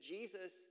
Jesus